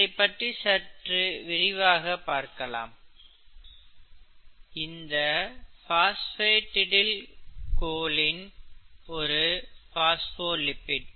இதைப் பற்றி சற்று விரிவாக பார்க்கலாம் இந்த பாஸ்பாடிடைல் கோலின் ஒரு பாஸ்போ லிபிட்